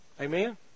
Amen